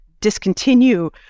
discontinue